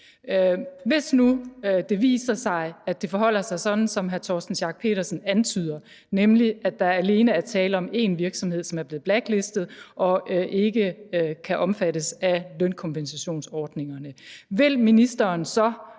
Hvis nu det viser sig, at det forholder sig sådan, som hr. Torsten Schack Pedersen antyder, nemlig at der alene er tale om én virksomhed, som er blevet blacklistet og ikke kan omfattes af lønkompensationsordningerne, vil ministeren så